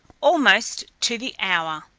almost to the hour.